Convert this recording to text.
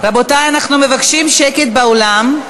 רבותי, אנחנו מבקשים שקט באולם.